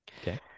okay